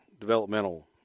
developmental